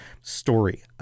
story